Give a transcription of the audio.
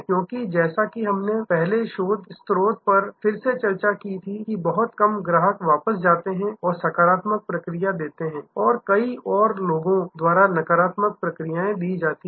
क्योंकि जैसा कि हमने पहले शोध स्रोत पर फिर से चर्चा की थी कि बहुत कम ग्राहक वापस जाते हैं और सकारात्मक प्रतिक्रिया देते हैं कई और लोगों द्वारा नकारात्मक प्रतिक्रियाएं दी जाती हैं